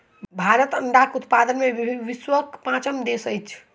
भारत अंडाक उत्पादन मे विश्वक पाँचम देश अछि